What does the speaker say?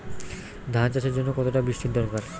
ধান চাষের জন্য কতটা বৃষ্টির দরকার?